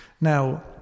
Now